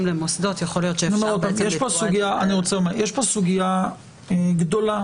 למוסדות ויכול להיות --- יש פה סוגיה גדולה